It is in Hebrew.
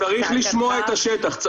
חייבים לשמוע את השטח.